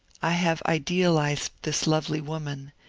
i have idealized this lovely woman,